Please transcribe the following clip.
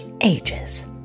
ages